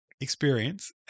experience